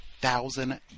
thousand